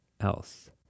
else